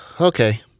Okay